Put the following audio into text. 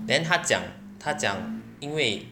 then 他讲他讲因为